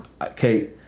Okay